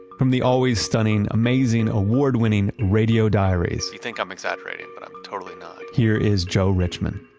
from the always stunning, amazing, award-winning radio diaries. you think i'm exaggerating but i'm totally not. here is joe richman.